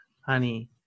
honey